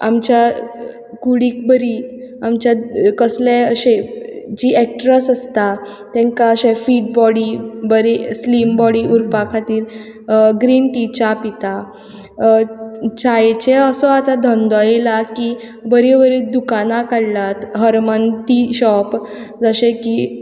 आमच्या कुडीक बरी आमच्या कसले अशे जी एक्ट्रस आसता तेंकां अशें फीट बॉडी बरी स्लीम बॉडी उरपा खातीर ग्रीन टी च्या पिता च्यायेचे असो आतां धंदो येला की बरीं बरीं दुकानां काडलांत हर्मन टी शॉप जशें की